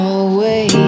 away